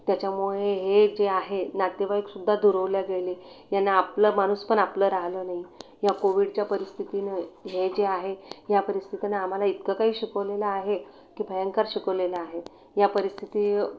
त्याच्यामुळे हे जे आहे नातेवाईकसुद्धा दुरावले गेले यानं आपलं माणूस पण आपलं राहिलं नाही या कोविडच्या परिस्थितीनं हे जे आहे या परिस्थितीने आम्हाला इतकं काही शिकवलेलं आहे की भयंकर शिकवलेलं आहे या परिस्थिती